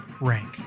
Rank